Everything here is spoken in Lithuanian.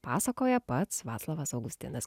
pasakoja pats vaclovas augustinas